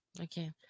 Okay